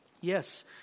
Yes